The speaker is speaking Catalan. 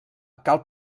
cal